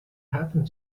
happened